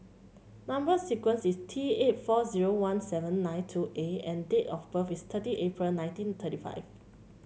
number sequence is T eight four zero one seven nine two A and date of birth is thirty April nineteen thirty five